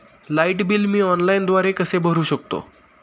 Light bill मी ऑनलाईनद्वारे कसे भरु शकतो?